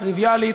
טריוויאלית.